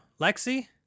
Lexi